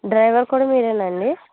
driver కూడా మీరేనా అండి